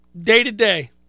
day-to-day